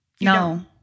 No